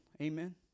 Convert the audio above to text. Amen